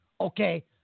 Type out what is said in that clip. Okay